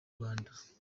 rwanda